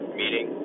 meeting